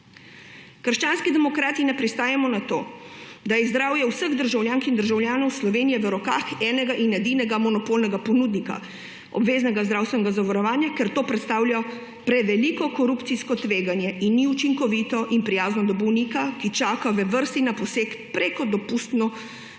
Krščanski demokrati ne pristajamo na to, da je zdravje vseh državljank in državljanov Slovenije v rokah enega in edinega monopolnega ponudnika obveznega zdravstvenega zavarovanja, ker to predstavlja preveliko korupcijsko tveganje in ni učinkovito in prijazno do bolnika, ki čaka v vrsti na poseg preko dopustno dovoljene